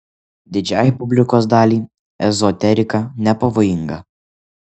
didžiajai publikos daliai ezoterika nepavojinga